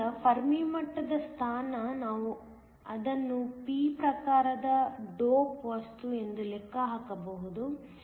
ಆದ್ದರಿಂದ ಫೆರ್ಮಿ ಮಟ್ಟದ ಸ್ಥಾನ ನಾವು ಅದನ್ನು p ಪ್ರಕಾರದ ಡೋಪ್ ವಸ್ತು ಎಂದು ಲೆಕ್ಕ ಹಾಕಬಹುದು